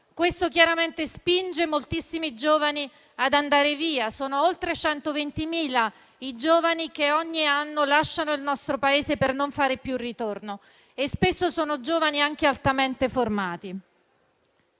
Questo chiaramente spinge moltissimi giovani ad andare via: sono oltre 120.000 i giovani che ogni anno lasciano il nostro Paese per non fare più ritorno e spesso sono giovani anche altamente formati.